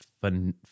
fun